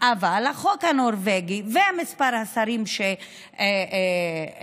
אבל החוק הנורבגי ומספר השרים שאפשרה